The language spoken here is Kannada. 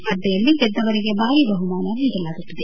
ಸ್ಪರ್ಧೆಯಲ್ಲಿ ಗೆದ್ದವರಿಗೆ ಭಾರೀ ಬಹುಮಾನ ನೀಡಲಾಗುತ್ತದೆ